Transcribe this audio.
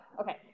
okay